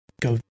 go